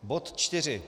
Bod 4.